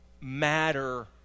matter